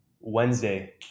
wednesday